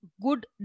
good